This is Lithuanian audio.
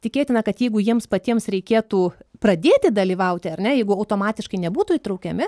tikėtina kad jeigu jiems patiems reikėtų pradėti dalyvauti ar ne jeigu automatiškai nebūtų įtraukiami